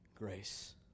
Grace